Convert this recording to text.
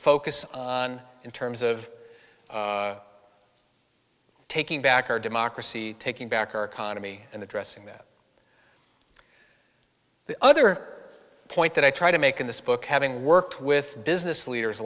focus on in terms of taking back our democracy taking back our economy and addressing that the other point that i try to make in this book having worked with business leaders